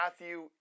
Matthew